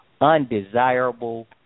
undesirable